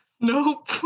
Nope